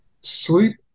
sleep